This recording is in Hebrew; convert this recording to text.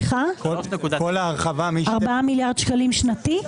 4 מיליארד שקלים שנתי?